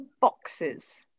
boxes